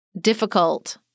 difficult